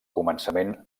començament